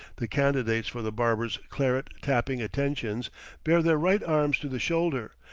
the candidates for the barber's claret-tapping attentions bare their right arms to the shoulder,